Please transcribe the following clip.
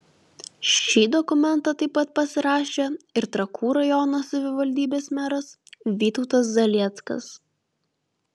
šį dokumentą taip pat pasirašė ir trakų rajono savivaldybės meras vytautas zalieckas